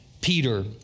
Peter